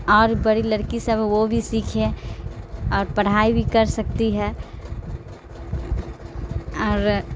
اور بڑی لڑکی سب وہ بھی سیکھے اور پڑھائی بھی کر سکتی ہے اور